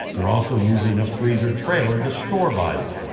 they're also using a freezer trailer to store bodies.